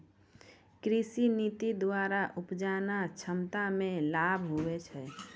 कृषि नीति द्वरा उपजा क्षमता मे लाभ हुवै छै